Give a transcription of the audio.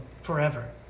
forever